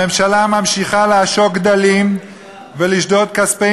הממשלה ממשיכה לעשוק דלים ולשדוד כספי